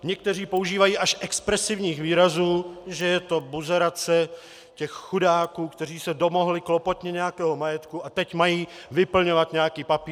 Někteří používají až expresivních výrazů, že je to buzerace chudáků, kteří se domohli klopotně nějakého majetku a teď mají vyplňovat nějaký papír.